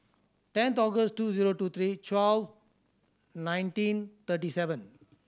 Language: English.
tenth August two zero two three twelve nineteen thirty seven